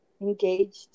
engaged